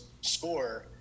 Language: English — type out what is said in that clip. score